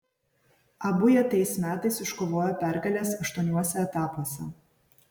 abu jie tais metais iškovojo pergales aštuoniuose etapuose